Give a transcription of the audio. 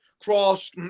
cross